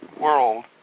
world